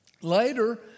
later